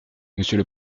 monsieur